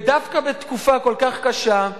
ודווקא בתקופה כל כך קשה,